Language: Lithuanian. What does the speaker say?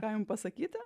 ką jum pasakyti